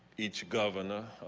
each govern. ah